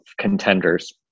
contenders